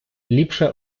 ліпше